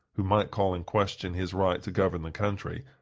who might call in question his right to govern the country,